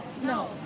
No